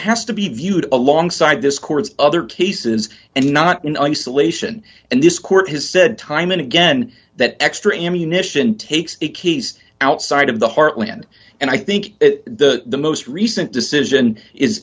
has to be viewed alongside this court's other cases and not in isolation and this court has said time and again that extra ammunition takes the keys outside of the heartland and i think the most recent decision is